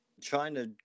China